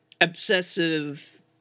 obsessive